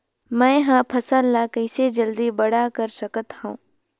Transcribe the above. मैं ह फल ला कइसे जल्दी बड़ा कर सकत हव?